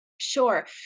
Sure